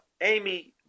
amy